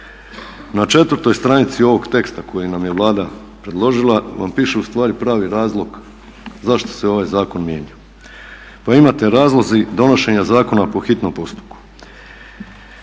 Na 4. stranici ovog teksta koji nam je Vlada predložila vam piše ustvari pravi razlog zašto se ovaj zakon mijenjao, pa imate razlozi donošenja zakona po hitnom postupku.